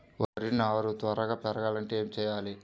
వరి నారు త్వరగా పెరగాలంటే ఏమి చెయ్యాలి?